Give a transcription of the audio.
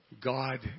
God